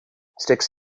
sticks